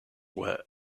were